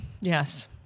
yes